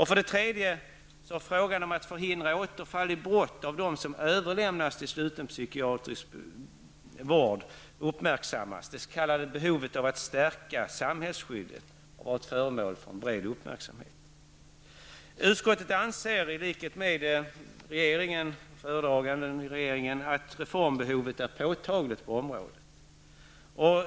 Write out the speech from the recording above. För det tredje bör frågan om att förhindra återfall i brott uppmärksammas när det gäller dem som överlämnas till sluten psykiatrisk vård. Det s.k. behovet av att stärka samhällsskyddet har varit föremål för en bred uppmärksamhet. Utskottet anser, i likhet med regeringen och föredraganden i regeringen, att reformbehovet är påtagligt på detta område.